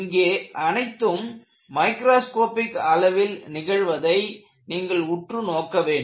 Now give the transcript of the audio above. இங்கே அனைத்தும் மைக்ரோஸ்கோப்பிக் அளவில் நிகழ்வதை நீங்கள் உற்று நோக்க வேண்டும்